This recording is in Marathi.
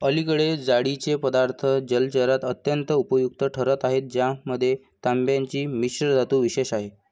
अलीकडे जाळीचे पदार्थ जलचरात अत्यंत उपयुक्त ठरत आहेत ज्यामध्ये तांब्याची मिश्रधातू विशेष आहे